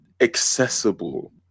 accessible